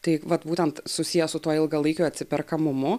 tai vat būtent susijęs su tuo ilgalaikiu atsiperkamumu